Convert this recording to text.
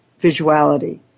visuality